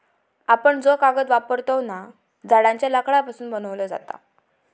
आपण जो कागद वापरतव ना, झाडांच्या लाकडापासून बनवलो जाता